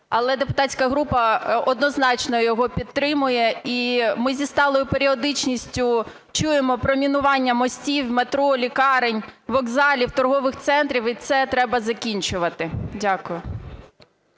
Але депутатська група однозначно його підтримує. І ми зі сталою періодичністю чуємо про мінування мостів, метро, лікарень, вокзалів, торгових центрів, і це треба закінчувати. Дякую.